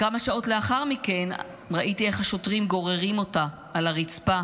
כמה שעות לאחר מכן ראיתי את השוטרים גוררים אותה על הרצפה